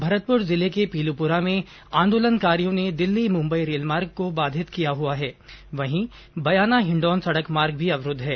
भरतपुर जिले के पीलूपुरा में आंदोलनकारियों ने दिल्ली मुंबई रेलमार्ग को बाधित किया हुआ है वहीं बयाना हिण्डौन सड़क मार्ग भी अवरूद्व है